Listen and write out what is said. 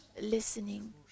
listening